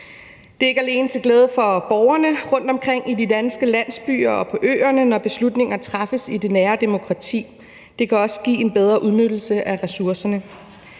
Det er ikke alene til glæde for borgerne rundtomkring i de danske landsbyer og på øerne, når beslutninger træffes i det nære demokrati, det kan også give en bedre udnyttelse af ressourcerne.